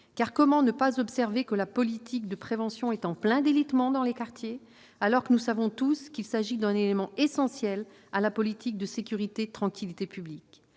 comment ne pas observer que la politique de prévention est en plein délitement, alors que, nous le savons tous, il s'agit d'un élément essentiel de la politique de sécurité et de tranquillité publique ?